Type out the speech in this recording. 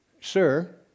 Sir